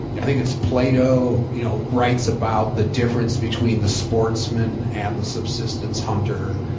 yeah i think it's plato you know writes about the difference between the sportsman and the subsistence hunter,